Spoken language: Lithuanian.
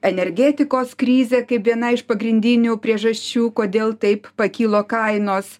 energetikos krizė kaip viena iš pagrindinių priežasčių kodėl taip pakilo kainos